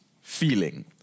feeling